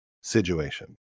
situation